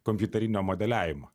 kompiuterinio modeliavimo